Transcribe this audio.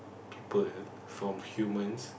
people from humans